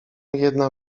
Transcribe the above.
jedna